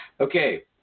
okay